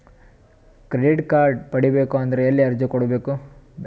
Credit card ಪಡಿಬೇಕು ಅಂದ್ರ ಎಲ್ಲಿ ಅರ್ಜಿ ಕೊಡಬೇಕು?